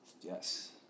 yes